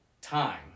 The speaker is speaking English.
time